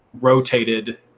rotated